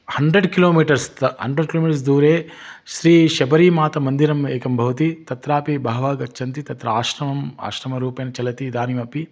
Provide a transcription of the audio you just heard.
hundred kilometres तः hundred kilometre दूरे स्री शबरीमातामन्दिरम् एकम् भवति तत्रापि बहवः गच्छन्ति तत्र आश्रमम् आश्रमरूपेण चलति इदानीमपि